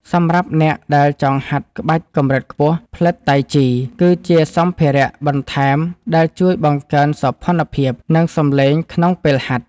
សម្រាប់អ្នកដែលចង់ហាត់ក្បាច់កម្រិតខ្ពស់ ផ្លិតតៃជី គឺជាសម្ភារៈបន្ថែមដែលជួយបង្កើនសោភ័ណភាព និងសំឡេងក្នុងពេលហាត់។